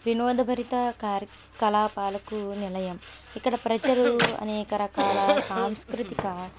వినోదభరిత కార్యకలాపాలకు నిలయం ఇక్కడ ప్రజలు అనేక రకాల సాంస్కృతిక